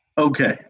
Okay